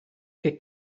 che